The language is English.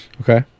Okay